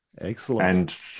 Excellent